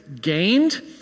gained